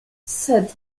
sed